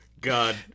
God